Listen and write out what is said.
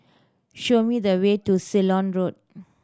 show me the way to Ceylon Road